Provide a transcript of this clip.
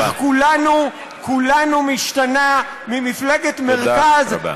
איך כולנו, כולנו משתנה ממפלגת מרכז, תודה רבה.